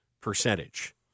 percentage